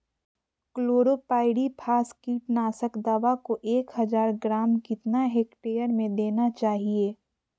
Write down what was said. Chlorpyrifos कीटनाशक दवा को एक हज़ार ग्राम कितना हेक्टेयर में देना चाहिए?